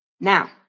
Now